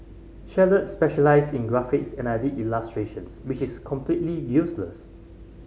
Charlotte specialised in graphics and I did illustrations which is completely useless